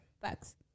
Facts